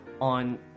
on